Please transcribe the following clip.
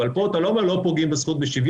אבל פה אתה לא אומר שלא פוגעים בזכות בשוויון,